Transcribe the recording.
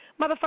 Motherfucker